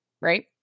right